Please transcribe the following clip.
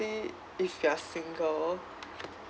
especially if you're single